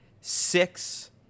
six